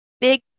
big